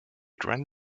ran